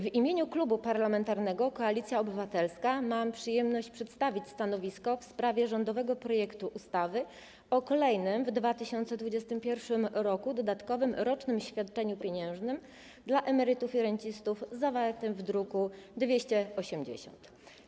W imieniu Klubu Parlamentarnego Koalicja Obywatelska mam przyjemność przedstawić stanowisko w sprawie rządowego projektu ustawy o kolejnym w 2021 r. dodatkowym rocznym świadczeniu pieniężnym dla emerytów i rencistów, druk nr 280.